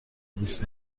دوست